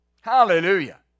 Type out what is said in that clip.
Hallelujah